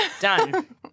Done